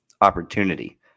opportunity